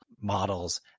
models